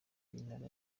b’intara